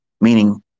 Meaning